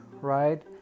right